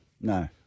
No